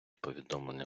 повідомлення